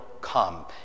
come